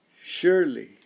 Surely